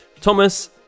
Thomas